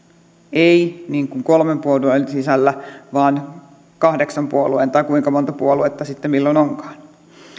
ei niin kuin kolmen puoleen sisällä vaan kahdeksan puolueen kesken tai kuinka monta puoluetta sitten onkaan